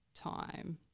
time